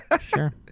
Sure